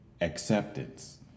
acceptance